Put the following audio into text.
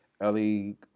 Ellie